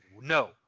no